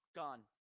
gone